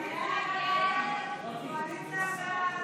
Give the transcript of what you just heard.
הסתייגות 35 לא נתקבלה.